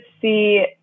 see